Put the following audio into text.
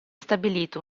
stabilito